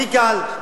הכי קל.